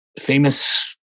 famous